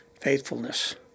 Faithfulness